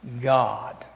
God